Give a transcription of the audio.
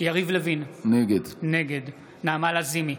יריב לוין, נגד נעמה לזימי,